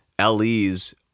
Le's